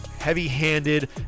heavy-handed